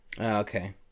Okay